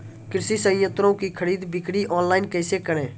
कृषि संयंत्रों की खरीद बिक्री ऑनलाइन कैसे करे?